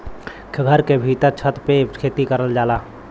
घर के भीत्तर छत पे खेती करल जाला